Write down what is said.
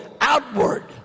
outward